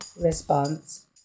response